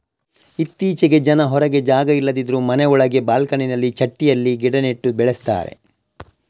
ಇತ್ತೀಚೆಗೆ ಜನ ಹೊರಗೆ ಜಾಗ ಇಲ್ಲದಿದ್ರೂ ಮನೆ ಒಳಗೆ ಬಾಲ್ಕನಿನಲ್ಲಿ ಚಟ್ಟಿಯಲ್ಲಿ ಗಿಡ ನೆಟ್ಟು ಬೆಳೆಸ್ತಾರೆ